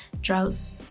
droughts